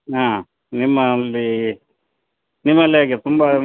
ಹಾಂ ನಿಮ್ಮಲ್ಲಿ ನಿಮ್ಮಲ್ಲಿ ಹೇಗೆ ತುಂಬ